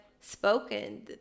spoken